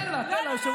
קריאה ראשונה לפני כן,